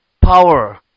power